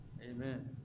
Amen